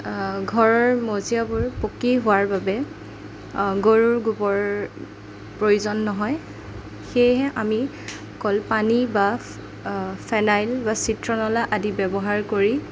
ঘৰৰ মজিয়াবোৰ পকী হোৱাৰ বাবে গৰুৰ গোবৰ প্ৰয়োজন নহয় সেয়েহে আমি কলপানী বা ফেনাইল বা চিত্ৰনলা আদি ব্যৱহাৰ কৰি